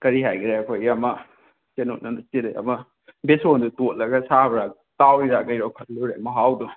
ꯀꯔꯤ ꯍꯥꯏꯒꯗ꯭ꯔꯥ ꯑꯩꯈꯣꯏꯒꯤ ꯑꯃ ꯀꯩꯅꯣ ꯕꯦꯁꯣꯟꯗ ꯇꯣꯠꯂꯒ ꯁꯥꯕ꯭ꯔꯥ ꯇꯥꯎꯔꯤꯔ ꯀꯩꯅꯣ ꯈꯜꯂꯨꯔꯦ ꯃꯍꯥꯎꯗꯣ